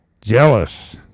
jealous